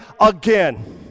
again